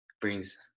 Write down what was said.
Brings